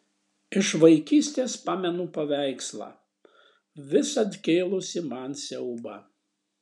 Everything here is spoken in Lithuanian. iš vaikystės pamenu paveikslą visad kėlusį man siaubą